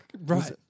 Right